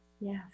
Yes